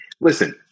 listen